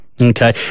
okay